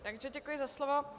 Takže děkuji za slovo.